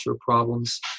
problems